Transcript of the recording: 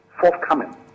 forthcoming